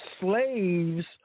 slaves